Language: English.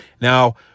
Now